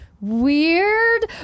weird